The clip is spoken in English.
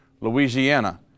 Louisiana